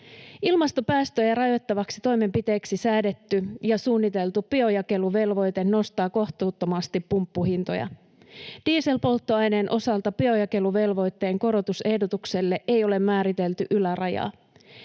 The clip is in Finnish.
Ilmastopäästöjä rajoittavaksi toimenpiteeksi säädetty ja suunniteltu biojakeluvelvoite nostaa kohtuuttomasti pumppuhintoja. Dieselpolttoaineen osalta biojakeluvelvoitteen korotusehdotukselle ei ole määritelty ylärajaa.